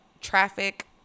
traffic